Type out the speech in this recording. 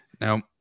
now